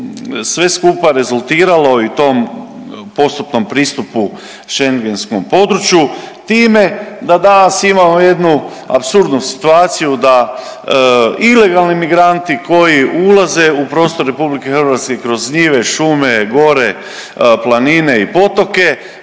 sve skupa rezultiralo i tom postupnom pristupu Schengenskom području time da danas imamo jednu apsurdnu situaciju da ilegalni migranti koji ulaze u prostor RH kroz njive, šume, gore, planine i potoke